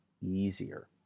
easier